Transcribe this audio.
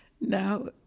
Now